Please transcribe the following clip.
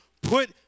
put